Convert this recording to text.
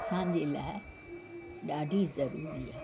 असांजे लाइ ॾाढी ज़रूरी आहे